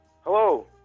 Hello